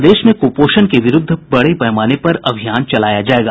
प्रदेश में कुपोषण के विरूद्ध बड़े पैमाने पर अभियान चलाया जाएगा